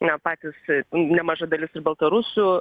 ne patys nemaža dalis ir baltarusių